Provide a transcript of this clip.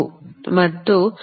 ಮತ್ತು ಇದು 0